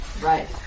Right